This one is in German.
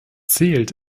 zählt